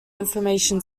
information